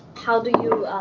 how do you,